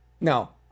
Now